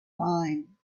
fine